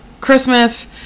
Christmas